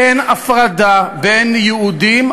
אין הפרדה בין יהודים,